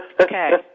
Okay